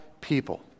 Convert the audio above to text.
people